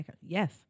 Yes